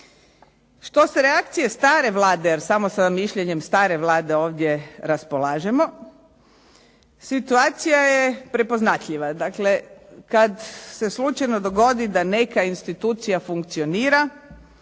Što se reakcije stare Vlade, jer samo sa mišljenjem stare Vlade ovdje raspolažemo, situacija je prepoznatljiva. Dakle, kada se slučajno dogodi da neka institucija funkcionira,